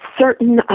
certain